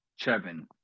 Chevin